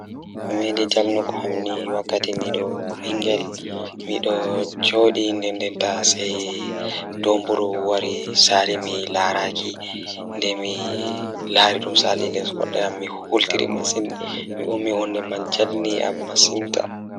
Ko goɗɗo ngam moƴƴaare ngal njiddaade e nder njam, mi waɗataa njiddaade fiyaangu e hoore ngal. Miɗo njiddaade fiyaangu ngal, sabu ngal njiddaade mi jokkondirde ngal ngal. Ko fayde ngal nguurndam ngal fiyaangu ngal njiddaade.